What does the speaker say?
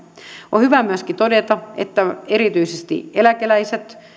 on hyvä myöskin todeta että erityisesti eläkeläiset